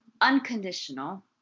unconditional